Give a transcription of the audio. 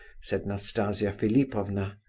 said nastasia philipovna.